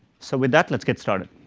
so with that let's get started.